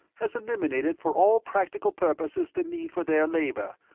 has eliminated for all practical purposes the need for their labor.